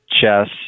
chess